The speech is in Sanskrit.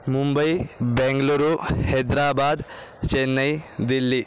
मुम्बै बेङ्गलूरु हेद्राबाद् चेन्नै दिल्लि